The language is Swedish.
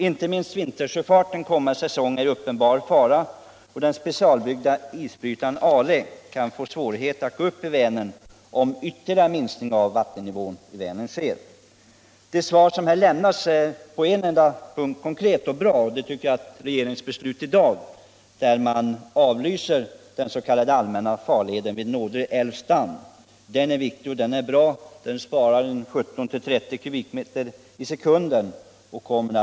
Inte minst vintersjöfarten kommande säsong är i uppenbar fara, och den specialbyggda isbrytaren Ale kan få svårigheter att gå upp i Vänern, om en ytterligare minskning av vattennivån sker. Det svar som här lämnats är på en enda punkt konkret och bra, nämligen att det i dag kommer ett regeringsbeslut på att man skall avlysa den s.k. allmänna farleden i Nordre älv. Den är viktig och bra, eftersom den spar 17-30 m” vatten i sekunden.